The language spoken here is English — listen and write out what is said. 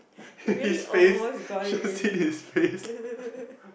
he really almost got it already